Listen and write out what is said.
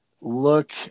look